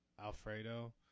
Alfredo